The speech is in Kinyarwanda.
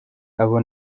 abo